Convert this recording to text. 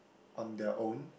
on their own